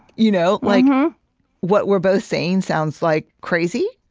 you know like um what we're both saying sounds like crazy.